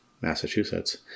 Massachusetts